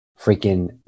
Freaking